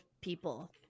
people